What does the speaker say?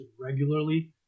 regularly